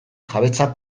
jabetza